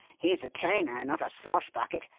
he's a trainer, not a slosh-bucket.